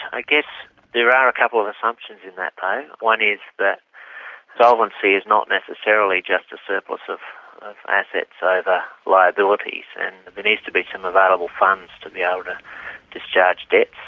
i guess there are a couple of assumptions in that, though. one is that solvency is not necessarily just a surplus of assets over liabilities, and there needs to be some available funds to be able ah to discharge debts.